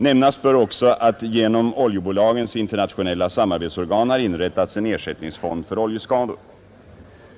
Nämnas bör också att genom oljebolagens internationella samarbetsorgan har inrättats en ersättningsfond för oljeskador.